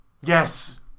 Yes